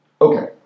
Okay